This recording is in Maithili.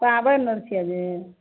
पाबनि अर छियै जे